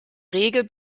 regel